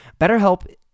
BetterHelp